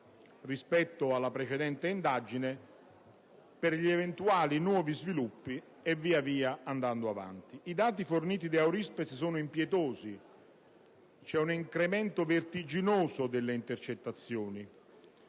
rispetto alla precedente indagine per gli eventuali nuovi sviluppi e via via andando avanti. I dati forniti da Eurispes sono impietosi. Vi è un incremento vertiginoso delle intercettazioni